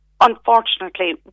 unfortunately